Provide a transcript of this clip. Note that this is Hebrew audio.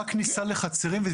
רק כניסה לחצרים.